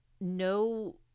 no